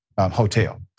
hotel